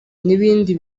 n’ibindi